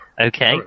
Okay